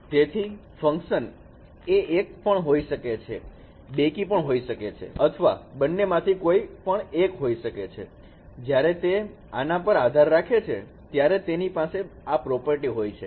તેથી ફંકશન એ એક પણ હોઈ શકે છે બેકી પણ હોઈ શકે છે અથવા બન્નેમાંથી કોઈ પણ એક હોઈ શકે છે જ્યારે તે આના પર આધાર રાખે છે ત્યારે તેની પાસે આ પ્રોપર્ટી હોય છે